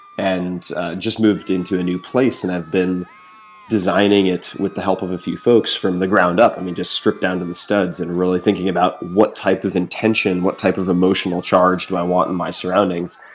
and just moved into a new place and i've been designing it with the help of a few folks from the ground up. i mean, just stripped down to the studs and really thinking about what type of intention and what type of emotional charge do i want in my surroundings.